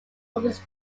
was